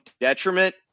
detriment